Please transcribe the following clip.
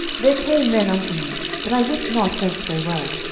there came men unto me, but i wist not whence they were